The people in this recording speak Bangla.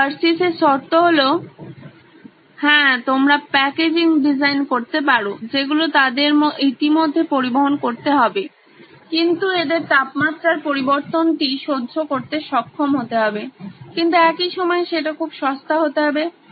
তাই হার্শিসHersheys এর শর্ত হলো হ্যাঁ তোমরা প্যাকেজিং ডিজাইন করতে পারো যেগুলো তাদের ইতিমধ্যে পরিবহন করতে হবে কিন্তু এদের তাপমাত্রার পরিবর্তন টি সহ্য করতে সক্ষম হতে হবে কিন্তু একই সময়ে সেটা খুব সস্তা হতে হবে